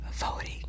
voting